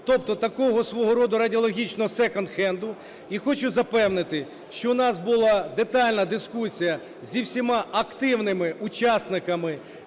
тобто такого свого роду "радіологічного секонд-хенду". І хочу запевнити, що в нас була детальна дискусія з усіма активними учасниками